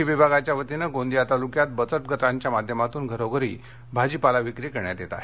कृषी विभागाच्या वतीने गोंदिया तालुक्यात बचत गटाच्या माध्यमातून घरोघरी भाजीपाला विक्री करण्यात येत आहे